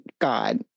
god